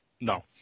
no